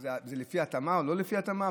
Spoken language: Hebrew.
זה לפי התאמה או לא לפי התאמה?